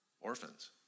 orphans